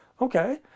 okay